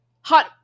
hot